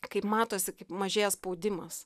kaip matosi kaip mažėja spaudimas